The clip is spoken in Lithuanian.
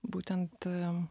būtent am